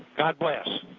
god bless.